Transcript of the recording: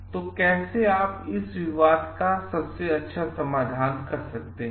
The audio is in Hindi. तो कैसे आप इस विवाद का सबसे अच्छा समाधान कर सकते हैं